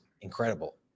incredible